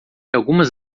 algumas